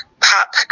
pop